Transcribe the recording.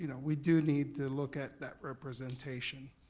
you know we do need to look at that representation,